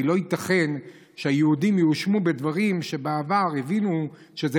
כי לא ייתכן שהיהודים יואשמו בדברים שבעבר הבינו שזה